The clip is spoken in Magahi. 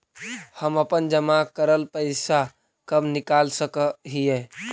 हम अपन जमा करल पैसा कब निकाल सक हिय?